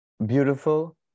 Beautiful